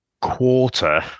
quarter